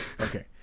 Okay